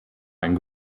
ein